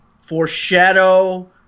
foreshadow –